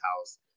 House